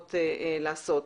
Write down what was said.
אמורות לעשות,